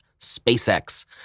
SpaceX